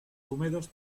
húmedos